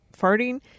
farting